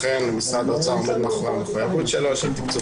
אכן משרד האוצר עומד מאחורי המחויבות שלו של תקצוב